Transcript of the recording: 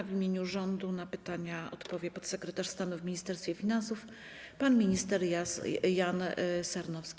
W imieniu rządu na pytania odpowie podsekretarz stanu w Ministerstwie Finansów pan minister Jan Sarnowski.